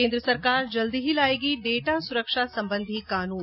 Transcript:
केन्द्र सरकार जल्द ही लायेगी डेटा सुरक्षा संबंधी कानून